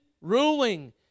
ruling